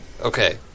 Okay